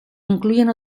incluyen